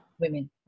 women